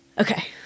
Okay